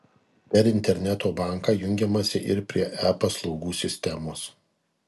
per interneto banką jungiamasi ir prie e paslaugų sistemos